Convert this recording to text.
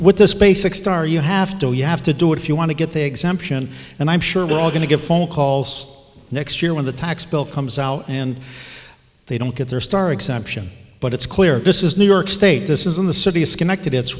with this basic star you have to you have to do it if you want to get the exemption and i'm sure we're all going to get phone calls next year when the tax bill comes out and they don't get their star exemption but it's clear this is new york state this isn't the city it's connected it's